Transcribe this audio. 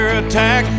attack